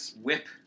Whip